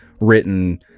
written